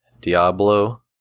Diablo